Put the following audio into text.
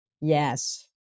Yes